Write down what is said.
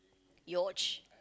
yatch